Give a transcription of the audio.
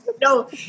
No